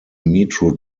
metro